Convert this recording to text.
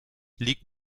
liegt